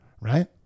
right